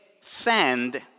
send